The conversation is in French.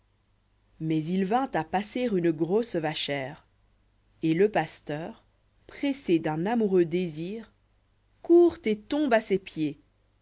mais il vint à passer une grosse vachère et le pasteur pressé d'an amoureux désir court et tombe à ses pieds